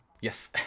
Yes